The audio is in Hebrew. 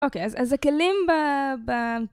אוקיי, אז זה כלים ב...